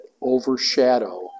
overshadow